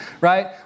right